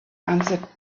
answered